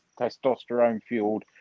testosterone-fueled